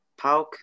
Pauk